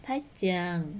他讲